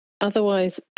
otherwise